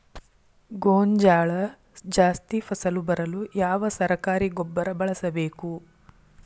ಗೋಂಜಾಳ ಜಾಸ್ತಿ ಫಸಲು ಬರಲು ಯಾವ ಸರಕಾರಿ ಗೊಬ್ಬರ ಬಳಸಬೇಕು?